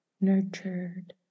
nurtured